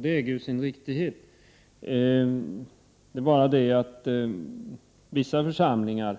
Det äger sin riktighet — det är bara det att en del församlingar